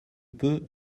peu